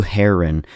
Heron